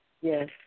Yes